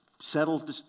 settle